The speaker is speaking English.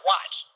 Watch